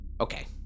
Okay